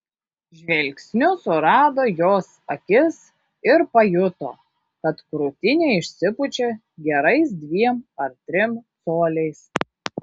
žvilgsniu surado jos akis ir pajuto kad krūtinė išsipučia gerais dviem ar trim coliais